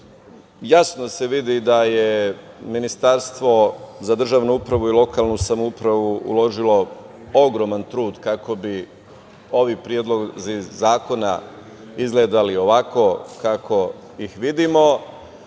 se vidi da je Ministarstvo za državnu upravu i lokalnu samoupravu uložilo ogroman trud kako bi ovi predlozi zakona izgledali ovako kako ih vidimo